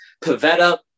Pavetta